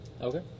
Okay